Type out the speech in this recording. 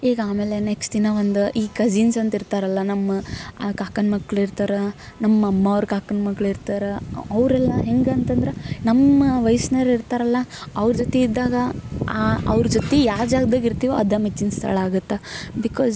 ಈಗ ಆಮೇಲೆ ನೆಕ್ಸ್ಟ್ ಇನ್ನೂ ಒಂದು ಈ ಕಝಿನ್ಸ್ ಅಂತ ಇರ್ತಾರಲ್ಲ ನಮ್ಮ ಆ ಕಾಕನ ಮಕ್ಳು ಇರ್ತಾರೆ ನಮ್ಮಮ್ಮ ಅವ್ರು ಕಾಕನ ಮಕ್ಳು ಇರ್ತಾರೆ ಅವರೆಲ್ಲ ಹೆಂಗೆ ಅಂತಂದ್ರೆ ನಮ್ಮ ವಯಸ್ನೋರು ಇರ್ತಾರಲ್ಲ ಅವ್ರ ಜೊತೆ ಇದ್ದಾಗ ಅವ್ರ ಜೊತೆ ಯಾವ ಜಾಗ್ದಾಗ ಇರ್ತೀವೊ ಅದು ಮೆಚ್ಚಿನ ಸ್ಥಳ ಆಗುತ್ತ ಬಿಕಾಸ್ ಏನಂತಂದ್ರೆ